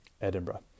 Edinburgh